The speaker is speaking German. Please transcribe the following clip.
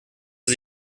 sie